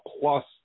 Plus